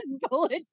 bullet